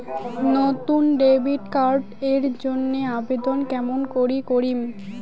নতুন debit card এর জন্যে আবেদন কেমন করি করিম?